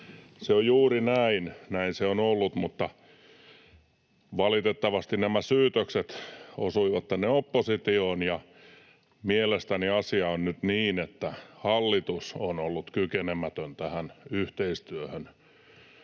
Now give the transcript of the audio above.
Se on juuri näin. Näin se on ollut, mutta valitettavasti nämä syytökset osuivat tänne oppositioon, ja mielestäni asia on nyt niin, että hallitus on ollut kykenemätön tähän yhteistyöhön.